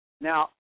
now